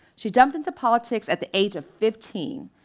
she jumped into politics at the age of fifteen.